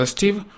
Steve